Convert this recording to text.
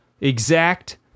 exact